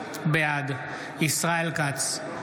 בעד ישראל כץ,